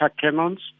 cannons